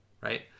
right